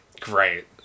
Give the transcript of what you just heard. great